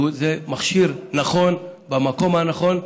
וזה מכשיר נכון במקום הנכון,